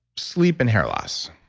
sleep and hair loss.